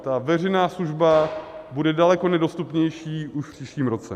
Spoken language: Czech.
Ta veřejná služba bude daleko nedostupnější už v příštím roce.